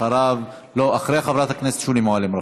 אחריו, לא, אחרי חברת הכנסת שולי מועלם-רפאלי.